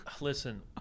Listen